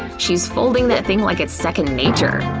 she's folding that thing like it's second nature!